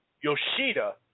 Yoshida